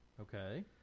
Okay